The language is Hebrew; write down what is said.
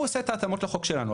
הוא עושה את ההתאמות לחוק שלנו.